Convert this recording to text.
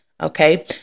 Okay